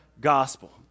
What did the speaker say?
gospel